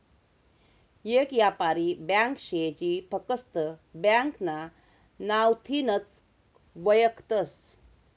येक यापारी ब्यांक शे जी फकस्त ब्यांकना नावथीनच वयखतस